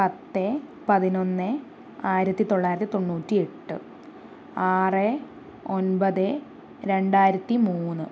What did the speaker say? പത്ത് പതിനൊന്ന് ആയിരത്തി തൊള്ളായിരത്തി തൊണ്ണൂറ്റി എട്ട് ആറ് ഒൻപത് രണ്ടായിരത്തി മൂന്ന്